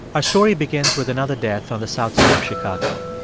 our story begins with another death on the south side of chicago.